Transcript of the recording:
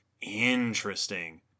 Interesting